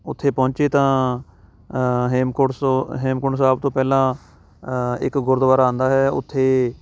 ਉੱਥੇ ਪਹੁੰਚੇ ਤਾਂ ਹੇਮਕੋਟ ਸੋ ਹੇਮਕੁੰਟ ਸਾਹਿਬ ਤੋਂ ਪਹਿਲਾਂ ਇੱਕ ਗੁਰਦੁਆਰਾ ਆਉਂਦਾ ਹੈ ਉੱਥੇ